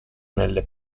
nelle